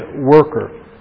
worker